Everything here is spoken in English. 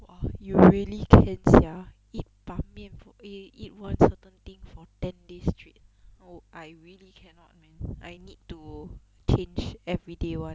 !wah! you really can sia eat 板面 for eh eat one certain thing for ten days straight oh I really cannot man I need to change everyday [one]